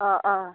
অঁ অঁ